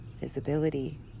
visibility